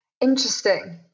Interesting